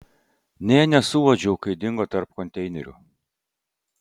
nė nesuuodžiau kai dingo tarp konteinerių